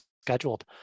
scheduled